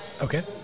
Okay